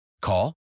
Call